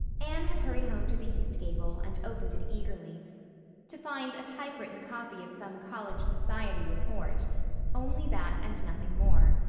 anne had hurried home to the east gable and opened it eagerly to find a typewritten copy of some college society report only that and nothing more.